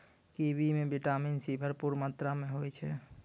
kiwi म vitamin C भरपूर मात्रा में होय छै